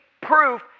proof